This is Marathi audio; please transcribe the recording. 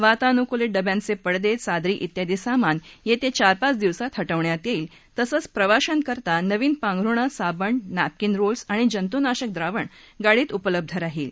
वातानुकूलित डब्यांचप्रिडद डोदरी तेयादी सामान यस्वि चार पाच दिवसात हटवण्यात यईंत्रा तसंच प्रवाशाकरता नवीन पांघरुण साबण नॅपकिन रोल्स आणि जंतूनाशक द्रावण गाडीत उपलब्ध राहील